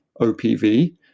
OPV